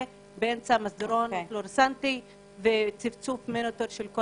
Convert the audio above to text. באמצע מסדרון עם פלורסנטים וצפצוף מוניטורים.